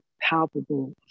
palpable